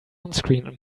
onscreen